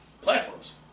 platforms